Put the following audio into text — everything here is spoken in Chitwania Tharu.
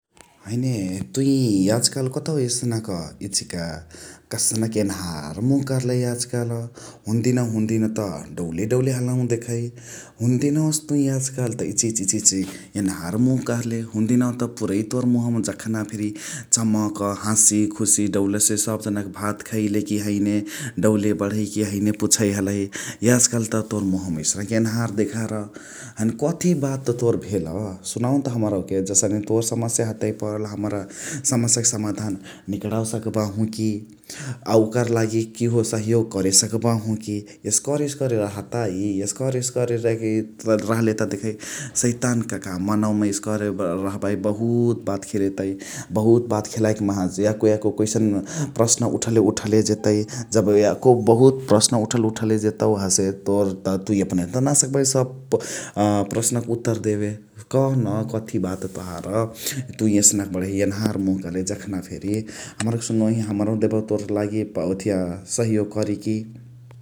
हैने तुइ याजु कालु कतौ एस्नुक इचिका कस्नुक एन्हार मुह कर्ले याज काल । हुन्देनवा हुन्देनवा त डौले डौले हलहु देखइ । हुन्देनवसे त तुइ याज काल इचिची एन्हार मुह कर्ले । हुन्देनवा त पुऐ तोर मुहवमा जखना फेरी चमक हासी खुस्सी डौलसे सब जनक भात खैले कि हैने डौले बणहै कि हैने पुछै हलही । याज कालु त तोर मुहवमा एस्नुक एन्हार देखार । हैने कथी बात तोर भेल सुनाउनत हमरहुके जसने तोर समस्या हतै परल हमरा समस्याक सामाधान निकणावे सकबाहु कि । अ ओकर लागी किहो सहयोग करे सकबाहु कि । एस्करे एस्करे रहताइ एस्करे रहले त देखै सैतानक काम मनवमा एस्करे रहबाही बहुत बात खेलेतइ । बहुत बात खेलाईकी माहा याको याको कोइसन प्रसन्न उठले उठले जेतै । जब याको बहुत प्रश्न उठल उठले जेतौ तोर त तुइ हसे एपनही नाही सकबाही सब प्रश्न उत्तर देवे । कहन कथी बात तोहार तुइ एस्नक बणही एन्हार मुह कर्ले जखना फेरी । हमराके सुनोइहे हमरहु देबहु तोर लागी ओथिया सहयोग करिकी ।